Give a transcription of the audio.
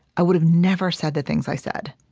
i would have never said the things i said.